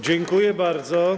Dziękuję bardzo.